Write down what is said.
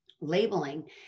labeling